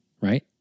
Right